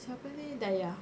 siapa ni dayah